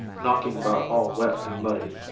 knocking about all wet and muddy,